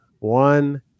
one